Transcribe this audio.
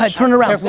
um turn around,